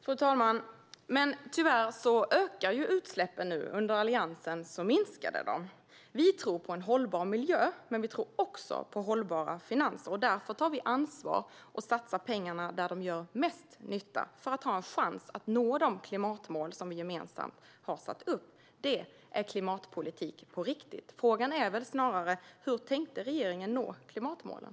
Fru talman! Tyvärr ökar utsläppen nu. Under Alliansen minskade de. Vi tror på en hållbar miljö, men vi tror också på hållbara finanser. Därför tar vi ansvar och satsar pengarna där de gör mest nytta, för att ha en chans att nå de klimatmål som vi gemensamt har satt upp. Det är klimatpolitik på riktigt. Frågan är snarare: Hur tänker regeringen nå klimatmålen?